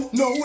no